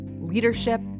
leadership